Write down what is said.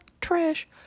trash